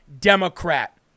Democrat